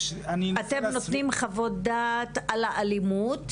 אתם נותנים חוות דעת על האלימות,